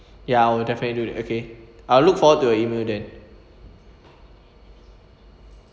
ya I will definitely do that okay I'll look forward to your email then